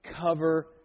cover